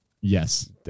Yes